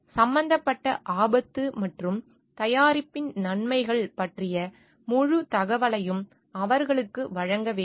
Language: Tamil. சம்பந்தப்பட்ட ஆபத்து மற்றும் தயாரிப்பின் நன்மைகள் பற்றிய முழுத் தகவலையும் அவர்களுக்கு வழங்க வேண்டும்